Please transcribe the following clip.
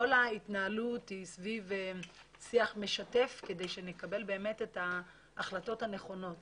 כל ההתנהלות היא סביב שיח משתף כדי שנקבל את ההחלטות הנכונות